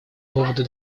доводы